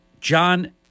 John